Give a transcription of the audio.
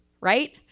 right